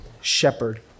shepherd